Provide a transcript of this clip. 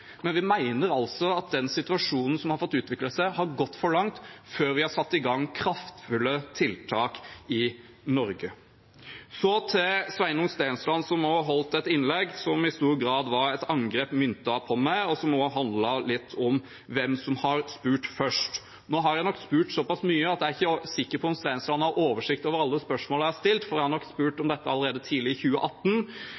men vi mener altså at den situasjonen som har fått utvikle seg, har gått for langt før vi har satt i gang kraftfulle tiltak i Norge. Så til Sveinung Stensland, som holdt et innlegg som i stor grad var et angrep myntet på meg, og som også handlet litt om hvem som har spurt først. Nå har jeg nok spurt såpass mye at jeg ikke er sikker på om representanten Stensland har oversikt over alle spørsmålene jeg har stilt. Jeg